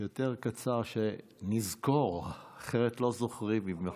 יותר קצר, שנזכור, אחרת לא זוכרים אם לא,